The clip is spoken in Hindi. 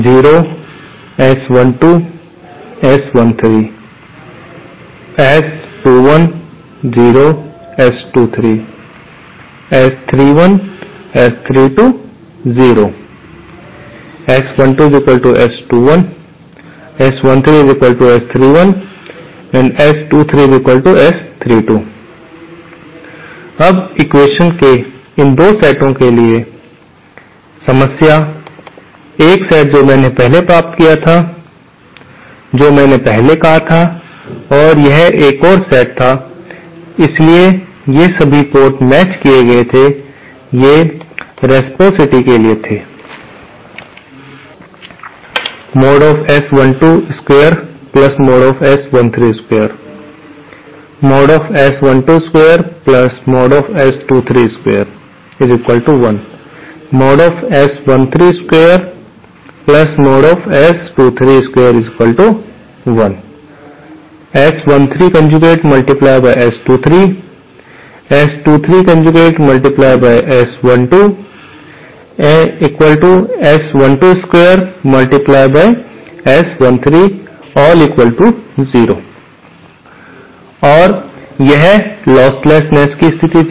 अब एक्वेशन्स के इन 2 सेटों के साथ समस्या यह सेट जो मैंने पहले प्राप्त किया था जो मैंने पहले कहा था और यह एक और सेट था इसलिए ये सभी पोर्ट मेचड़ किए गए थे ये रेसप्रॉसिटी के लिए थे और यह लॉसलेसस्नेस की स्थिति थी